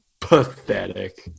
Pathetic